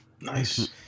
Nice